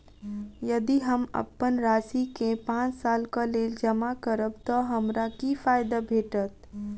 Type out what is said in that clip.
यदि हम अप्पन राशि केँ पांच सालक लेल जमा करब तऽ हमरा की फायदा भेटत?